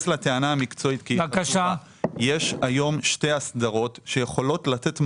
יש היום שתי הסדרות שיכולות לתת מענה.